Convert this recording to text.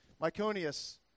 Myconius